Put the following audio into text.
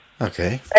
Okay